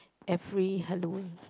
and free Halloween